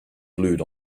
glued